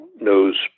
knows